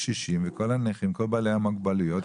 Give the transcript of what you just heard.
הקשישים ובעלי המוגבלויות,